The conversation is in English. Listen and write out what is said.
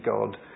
God